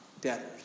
debtors